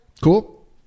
cool